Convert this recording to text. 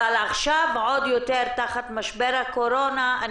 אבל עכשיו, תחת משבר הקורונה, עוד יותר.